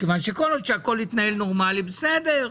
מכיוון שכל עוד הכול התנהל נורמלי בסדר,